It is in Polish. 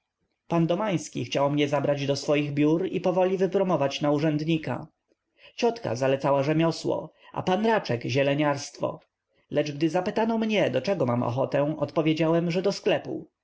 p domański chciał mnie zabrać do swoich biur i powoli wypromować na urzędnika ciotka zalecała rzemiosło a p raczek zieleniarstwo lecz gdy zapytano mnie do czego mam ochotę odpowiedziałem że do sklepu